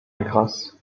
grasse